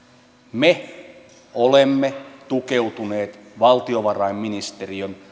me olemme tukeutuneet valtiovarainministeriön